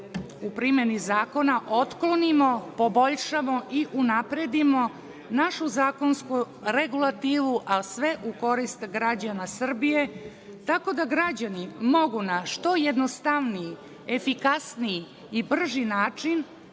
u primeni zakona otklonimo, poboljšamo i unapredimo našu zakonsku regulativu, a sve u korist građana Srbije, tako da građani mogu na što jednostavniji, efikasniji i brži način